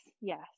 yes